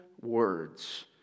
words